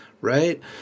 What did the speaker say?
right